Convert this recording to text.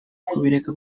kubireka